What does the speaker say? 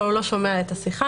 אבל הוא לא שומע את השיחה.